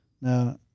Now